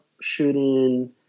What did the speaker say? shooting